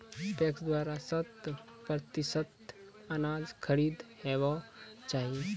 PACS द्वारा शत प्रतिसत अनाज खरीद हेवाक चाही?